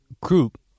group